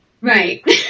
Right